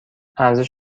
ارزش